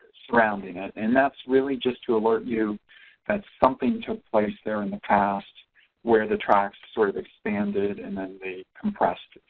surrounding it and that's really just to alert you that something took place there in the past where the tracts sort of expanded and then they compressed.